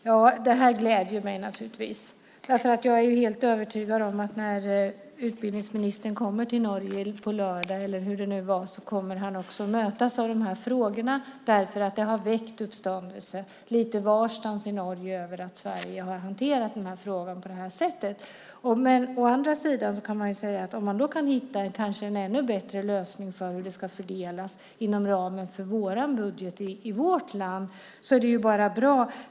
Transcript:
Herr talman! Det här gläder mig naturligtvis, därför att jag är helt övertygad om att när utbildningsministern kommer till Norge på lördag, eller hur det nu var, kommer han också att mötas av de här frågorna, därför att det har väckt uppståndelse lite varstans i Norge att Sverige har hanterat den här frågan på det här sättet. Men man kan också säga att om man då kan hitta en kanske ännu bättre lösning för hur det ska fördelas inom ramen för budgeten i vårt land så är det ju bara bra.